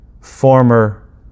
former